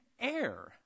air